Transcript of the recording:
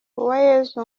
uwayezu